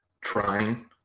trying